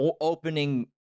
opening